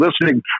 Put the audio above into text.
listening